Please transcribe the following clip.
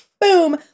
boom